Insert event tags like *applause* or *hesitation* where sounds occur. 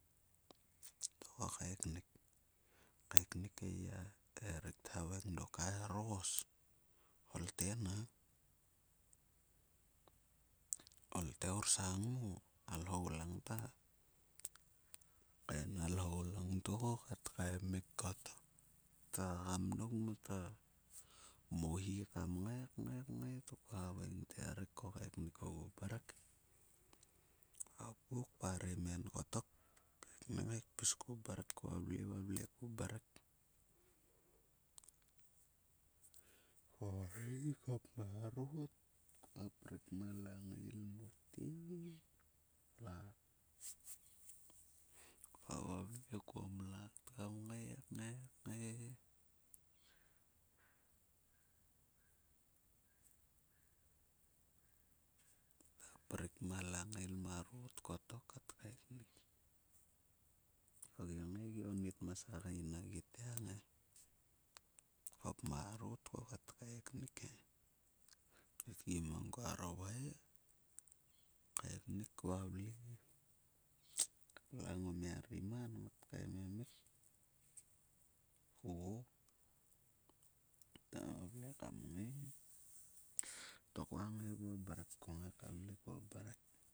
To ko kaeknik, kaeknik e yiya erik thaveing dok "ros olte na olte orsang mo a lhou langta" tkaen a lhou to ku kat kaemik kottok. Ta hagam dok mota mohi kam ngai, ngai to kua haveing te "erik ko kaeknik ogua mrek he" kua hopku parem en kottok kaeknik pisku mrek, valve vavle vavle kottok *hesitation* konnit hop marot kua kua pri ma langael mote lat. Lua vavle kuom lat kam nagai kngai kta pruk ma langail marot kat kaeknik. Ku gi ngai gi onit ma segein a gitgiange. Hop marot ku kat kaeknik he. Keitgi mang kua ro vhoi kaiknik valvle. Klang o mia ri man ngatago. Ngato vavle kam ngai to kua ngaiguo mrek kua ngai kam vle kuo mrek.